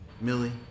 Millie